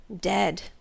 Dead